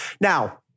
Now